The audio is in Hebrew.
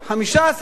15%,